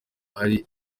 ari